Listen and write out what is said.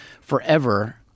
forever